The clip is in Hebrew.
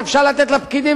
אפשר לתת לפקידים,